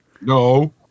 No